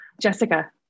Jessica